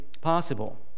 possible